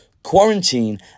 quarantine